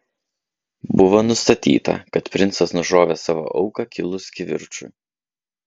buvo nustatyta kad princas nušovė savo auką kilus kivirčui